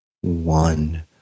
one